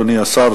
אדוני השר,